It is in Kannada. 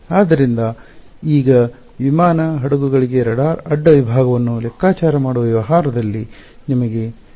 ಆದ್ದರಿಂದ ಈಗ ವಿಮಾನ ಹಡಗುಗಳಿಗೆ ರಾಡಾರ್ ಅಡ್ಡ ವಿಭಾಗಗಳನ್ನು ಲೆಕ್ಕಾಚಾರ ಮಾಡುವ ವ್ಯವಹಾರದಲ್ಲಿ ನಿಮಗೆ ಎಲ್ಲಿ ತಿಳಿದಿದೆ ಎಂದು ಕಲ್ಪಿಸಿಕೊಳ್ಳಿ